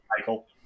Michael